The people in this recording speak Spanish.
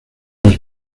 las